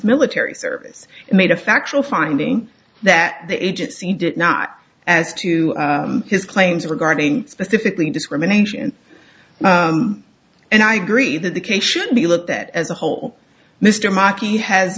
military service and made a factual finding that the agency did not as to his claims regarding specifically discrimination and i agree that the case should be looked at as a whole mr maki has